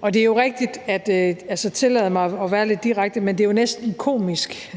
Og det er jo rigtigt, og jeg vil så tillade mig at være lidt direkte, at det næsten er komisk,